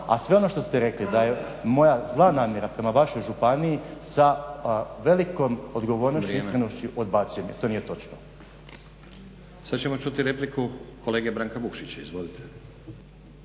a sve ono što ste rekli da je moja zla namjera prema vašoj županiji sa velikom odgovornošću i iskrenošću odbacujem jer to nije točno. **Stazić, Nenad (SDP)** Sad ćemo čuti repliku kolege Branka Vukšića. Izvolite.